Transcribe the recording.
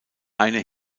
eine